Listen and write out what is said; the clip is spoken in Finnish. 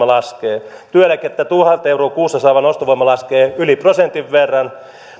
laskee työeläkettä tuhat euroa kuussa saavan ostovoima laskee yli prosentin verran